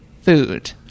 food